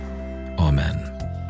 Amen